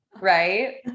Right